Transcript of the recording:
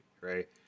right